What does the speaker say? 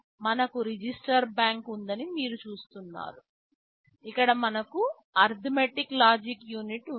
మనకు register bank ఉందని మీరు చూస్తున్నారు ఇక్కడ మనకు అర్థమెటిక్ లాజిక్ యూనిట్ ఉంది